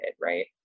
right